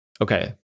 Okay